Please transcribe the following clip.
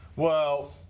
well,